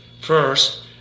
First